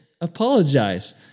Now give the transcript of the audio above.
apologize